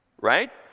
right